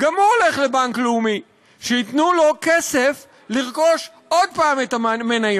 גם הוא הולך לבנק לאומי שייתנו לו כסף לרכוש עוד פעם את המניות.